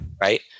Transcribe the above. right